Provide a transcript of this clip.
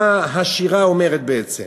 מה השירה אומרת בעצם.